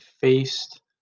faced